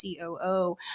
COO